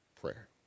prayer